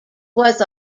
was